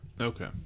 Okay